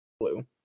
blue